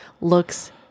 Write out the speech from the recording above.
looks